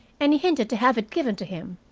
and he hinted to have it given to him.